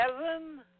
seven